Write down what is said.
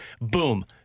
Boom